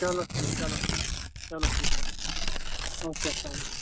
چَلو ٹھیٖک چَلو ٹھیٖک چھُ چَلو ٹھیٖک چھُ اوٗ کے اَسلامُ علیکُم